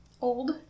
old